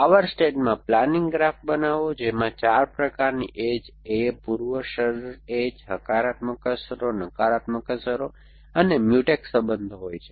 power સ્ટેજમાં planning graph બનાવો જેમાં 4 પ્રકારની એજ A પૂર્વશરત એજ હકારાત્મક અસરો નકારાત્મક અસરો અને Mutex સંબંધો હોય છે